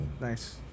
nice